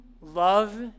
love